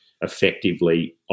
effectively